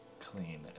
clean